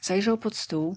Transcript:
zajrzał pod stół